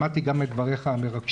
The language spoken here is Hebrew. שמעתי גם את דבריך המרגשים,